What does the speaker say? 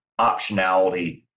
optionality